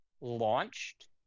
launched